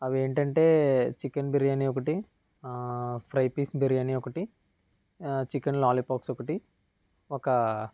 అవి ఏంటంటే చికెన్ బిర్యానీ ఒకటి ఫ్రై పీస్ బిర్యానీ ఒకటి చికెన్ లాలిపాప్స్ ఒకటి ఒక